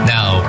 Now